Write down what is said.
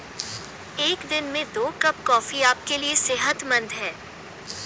एक दिन में दो कप कॉफी आपके लिए सेहतमंद है